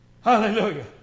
Hallelujah